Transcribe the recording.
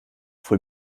früh